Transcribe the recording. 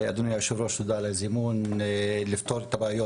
אדוני היו"ר תודה על הזימון לפתור את הבעיות